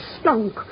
stunk